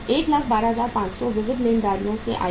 112500 विविध लेनदारों से आएगा